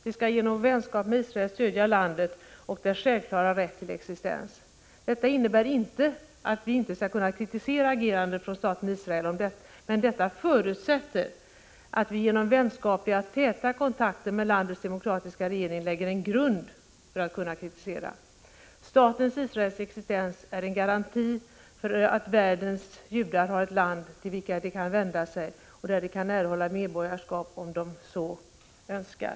Vi skall genom vänskap med Israel stödja landet och dess självklara rätt till existens. Detta innebär inte att vi inte skall kunna kritisera agerandet från staten Israel, men detta förutsätter att vi genom vänskapliga och täta kontakter med landets demokratiska regering lägger en grund för att kunna kritisera. Staten Israels existens är en garanti för att världens judar har ett land till vilket de kan vända sig och där de kan erhålla medborgarskap om de så önskar.